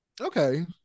Okay